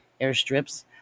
airstrips